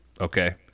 Okay